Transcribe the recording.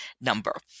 number